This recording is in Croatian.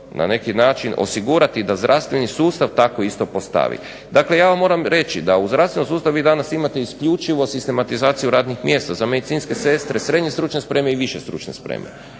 na neki način osigurati da zdravstveni sustav tako isto postavi. Dakle ja vam moram reći da u zdravstvenom sustavu vi danas imate isključivo sistematizaciju radnih mjesta, za medicinske sestre srednje stručne spreme i više stručne spreme,